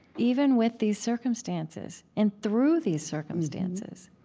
even with these circumstances and through these circumstances